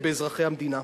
באזרחי המדינה.